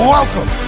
Welcome